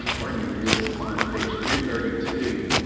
pardon me is on page three thirty two,